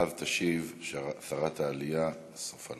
ואז תשיב שרת העלייה סופה